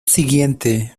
siguiente